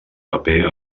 paper